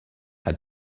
had